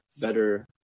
better